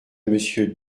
monsieur